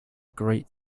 great